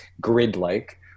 grid-like